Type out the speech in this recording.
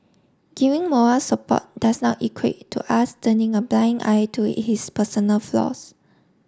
giving moral support does not equate to us turning a blind eye to his personal flaws